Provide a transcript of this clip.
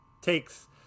takes